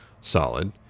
solid